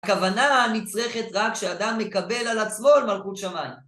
הכוונה נצרכת רק כשאדם מקבל על עצמו עול מלכות שמיים.